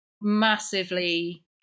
massively